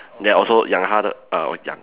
then also 养他的 err